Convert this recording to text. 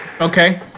Okay